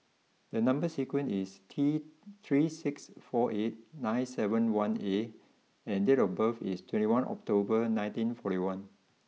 number sequence is T three six four eight nine seven one A and date of birth is twenty one October nineteen forty one